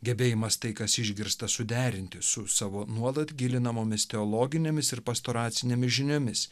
gebėjimas tai kas išgirsta suderinti su savo nuolat gilinamomis teologinėmis ir pastoracinėmis žiniomis